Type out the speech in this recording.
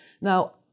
Now